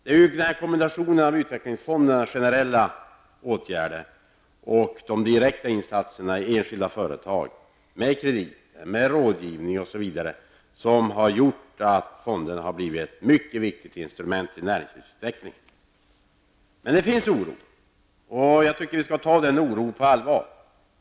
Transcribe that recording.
Det är ju den här kombinationen i utvecklingsfonderna av dels generella åtgärder, dels direkta insatser i enskilda företag i form av kredit, rådgivning osv., som har gjort att fonderna har blivit ett mycket viktigt instrument i näringslivsutvecklingen. Men det finns oro, och jag tycker att vi skall ta denna oro på allvar.